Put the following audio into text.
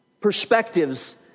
perspectives